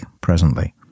presently